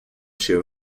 się